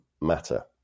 matter